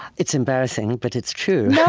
it's embarrassing, but it's true.